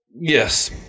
Yes